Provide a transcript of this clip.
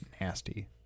nasty